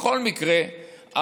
בכל מקרה,